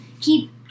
keep